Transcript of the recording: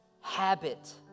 habit